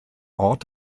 ort